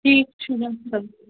ٹھیٖک چھُ ڈاکٹر صٲب